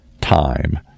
time